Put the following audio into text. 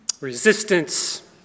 resistance